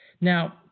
Now